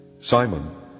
Simon